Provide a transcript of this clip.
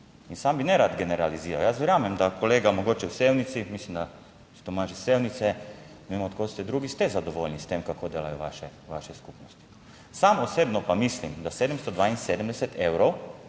in sam bi nerad generaliziral. Jaz verjamem, da kolega mogoče v Sevnici, mislim, da Tomaž je iz Sevnice, ne vem od kod ste, drugi ste zadovoljni s tem kako delajo vaše, vaše skupnosti. Sam osebno pa mislim, da 772 evrov